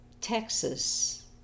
Texas